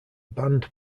band